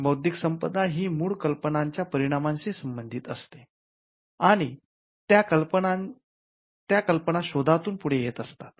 बौद्धिक संपदा ही मूळ कल्पनांच्या परिणामाशी संबंधित असते आणि त्या कल्पना संशोधनातून पुढे येत असतात